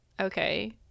okay